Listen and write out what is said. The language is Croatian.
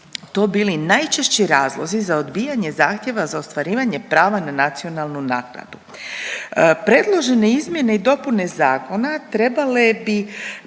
to bili najčešći razlozi za odbijanje zahtjeva za ostvarivanje prava na nacionalnu naknadu. Predložene izmjene i dopune zakona trebale bi